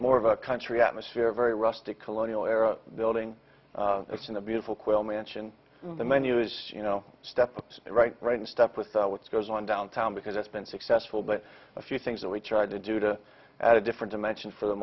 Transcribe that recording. more of a country atmosphere a very rustic colonial era building it's in a beautiful quail mansion the menu is you know step right right in step with what's going on downtown because that's been successful but a few things that we tried to do to add a different dimension for the